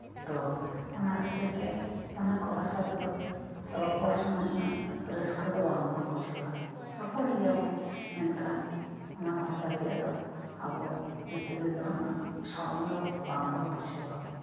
ᱛᱚ ᱚᱱᱟ ᱠᱷᱟᱹᱛᱤᱨᱛᱮ ᱚᱱᱟᱠᱩ ᱵᱷᱟᱥᱟᱛᱮᱫᱚᱨᱚᱯᱚᱲ ᱥᱩᱢᱟᱹᱭ ᱩᱱᱟᱹᱜ ᱨᱟᱹᱥᱠᱟᱹ ᱫᱚ ᱵᱟᱝᱵᱩᱱ ᱵᱩᱡᱷᱟᱹᱣᱟ ᱨᱚᱯᱚᱲᱜᱮᱭᱟ ᱵᱩᱱ ᱢᱮᱱᱠᱷᱟᱱ ᱚᱱᱟᱵᱷᱟᱥᱟ ᱨᱮᱭᱟᱜ ᱫᱚ ᱟᱵᱩ ᱵᱷᱤᱛᱨᱤ ᱨᱮᱫᱚ ᱩᱱᱟᱹᱜ ᱥᱚᱲᱚᱢ ᱫᱚ ᱵᱟᱝᱵᱩᱱ ᱵᱩᱡᱷᱟᱹᱣᱟ